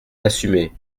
l’assumer